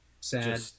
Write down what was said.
sad